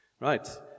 Right